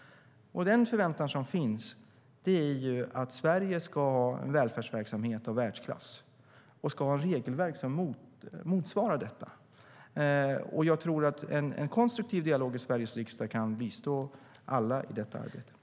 Den förväntan som finns är att Sverige ska ha en välfärdsverksamhet av världsklass och regelverk som motsvarar detta. En konstruktiv dialog i Sveriges riksdag tror jag kan bistå alla i det arbetet.